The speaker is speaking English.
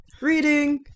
reading